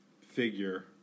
figure